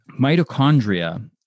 mitochondria